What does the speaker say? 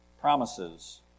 promises